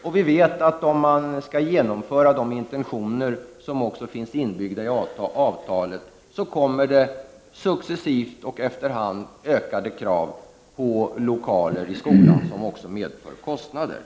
Om man förverkligar de intentioner som också finns inbyggda i avtalet, kommer det att successivt ställas ökade krav på lokalerna i skolan. Även det medför kostnader.